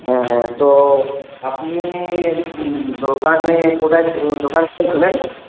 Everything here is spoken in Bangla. হ্যাঁ হ্যাঁ তো আপনি দোকানে কোথায় দোকান